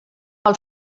pel